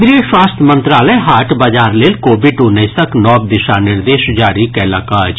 केंद्रीय स्वास्थ्य मंत्रालय हाट बाजार लेल कोविड उन्नैसक नव दिशा निर्देश जारी कयलक अछि